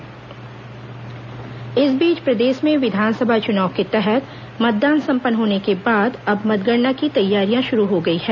मतगणना प्रशिक्षण इस बीच प्रदेश में विधानसभा चुनाव के तहत मतदान संपन्न होने के बाद अब मतगणना की तैयारियां शुरू हो गई हैं